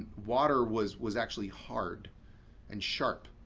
water was was actually hard and sharp.